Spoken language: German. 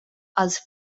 als